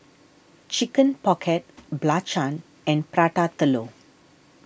Chicken Pocket Belacan and Prata Telur